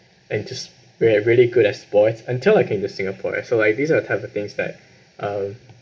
and just we're really good at sports until I came to singapore so like these are the type of things that uh